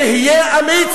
תהיה אמיץ